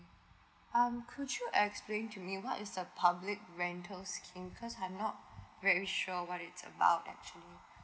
um could you explain to me what is the public rentals scheme because I'm not very sure what is about actually